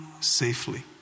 safely